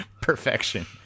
perfection